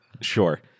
Sure